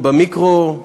במיקרו,